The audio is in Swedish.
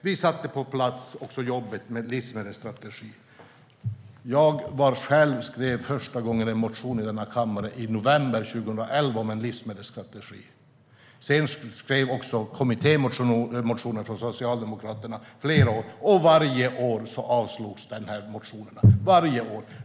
Vi har också satt arbetet med livsmedelsstrategin på plats. Jag skrev i november 2011 första gången en motion i riksdagen om en livsmedelsstrategi. Sedan skrevs det också kommittémotioner från Socialdemokraterna under flera år. Men varje år avslogs dessa motioner.